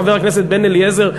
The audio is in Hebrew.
חבר הכנסת בן-אליעזר,